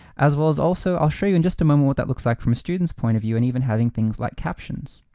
as well as also, i'll show you in just a moment what that looks like from a student's point of view, and even having things like captions.